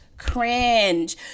cringe